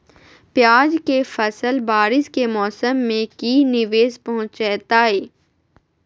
प्याज के फसल बारिस के मौसम में की निवेस पहुचैताई?